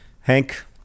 Hank